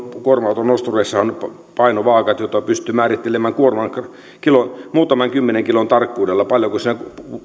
kuorma auton nostureissahan on painovaaat joilla pystyy määrittelemään muutaman kymmenen kilon tarkkuudella paljonko siinä